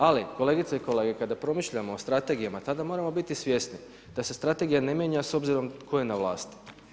Ali kolegice i kolege, kada promišljamo o strategijama tada moramo biti svjesni da se strategija ne mijenja s obzirom tko je na vlasti.